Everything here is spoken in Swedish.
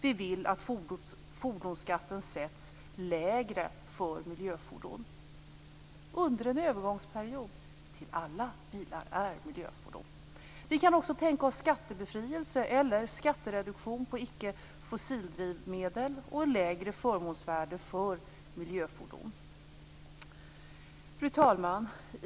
Vi vill alltså att fordonsskatten sätts lägre för miljöfordon under en övergångsperiod tills alla bilar är miljöfordon. Vi kan också tänka oss skattebefrielse eller skattereduktion på icke-fossila drivmedel och lägre förmånsvärde för miljöfordon. Fru talman!